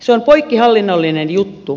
se on poikkihallinnollinen juttu